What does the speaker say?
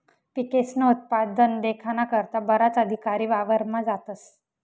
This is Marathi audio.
पिकस्नं उत्पादन देखाना करता बराच अधिकारी वावरमा जातस